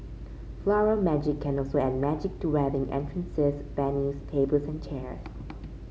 Floral Magic can also add magic to wedding entrances venues tables and chair